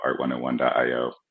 art101.io